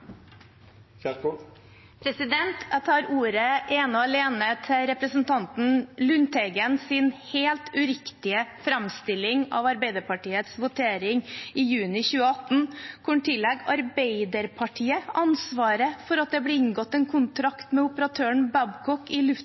Jeg tar ordet ene og alene til representanten Lundteigens helt uriktige framstilling av Arbeiderpartiets votering i juni 2018, der han tillegger Arbeiderpartiet ansvaret for at det ble inngått en kontrakt med operatøren Babcock i